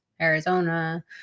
arizona